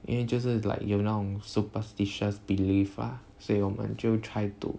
因为就是 like 有那种 superstitious belief ah 所以我们就 try to